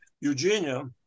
Eugenia